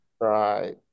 Right